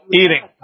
eating